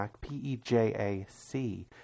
P-E-J-A-C